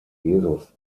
jesus